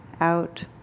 out